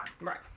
right